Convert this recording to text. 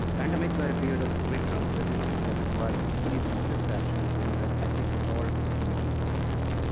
pandemics are a period of greater uncertainties that require equally swift action to embed ethics in all decision-making processes.